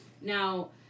Now